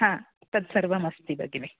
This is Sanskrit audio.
हा तत्सर्वम् अस्ति भगिनि